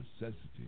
necessity